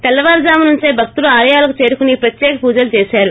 తెల్లవారుజాము నుంచే భక్తులు ఆలయాలకు చేరుకుని ప్రత్యేక పూజలు చేశారు